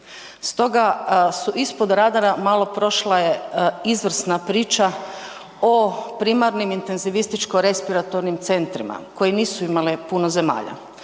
stoga su ispod radara malo prošle izvrsna priča o primarnim intenzivističko-respiratornim centrima koji nisu imale puno zemalja.